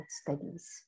Studies